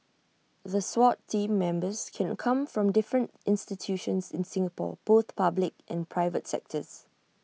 the Swat Team Members can come from different institutions in Singapore both public and private sectors